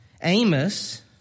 Amos